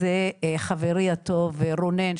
זה חברי הטוב רונן,